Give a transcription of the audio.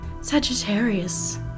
Sagittarius